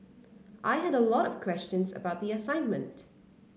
I had a lot of questions about the assignment